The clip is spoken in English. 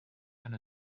and